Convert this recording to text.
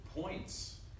points